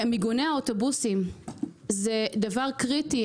מיגוני האוטובוסים זה דבר קריטי.